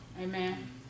Amen